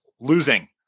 losing